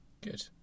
Good